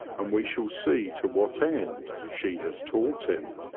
and we shall see to what end she has taught him.